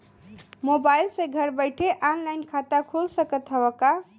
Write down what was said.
Mobile से घर बैठे ऑनलाइन खाता खुल सकत हव का?